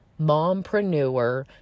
mompreneur